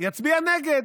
יצביע נגד.